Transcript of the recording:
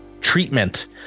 treatment